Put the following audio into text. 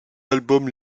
albums